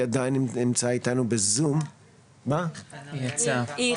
אני לא רוצה להפריע,